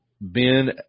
Ben